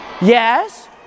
Yes